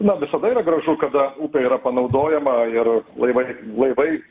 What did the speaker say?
na visada yra gražu kada upė yra panaudojama ir laivai laivai